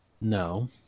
No